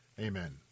Amen